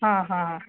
ಹಾಂ ಹಾಂ